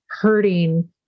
hurting